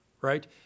right